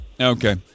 Okay